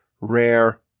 rare